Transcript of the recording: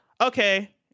okay